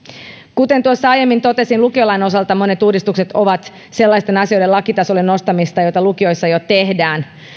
kuten tuossa aiemmin totesin lukiolain osalta monet uudistukset ovat sellaisten asioiden lakitasolle nostamista joita lukioissa jo tehdään